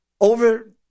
Over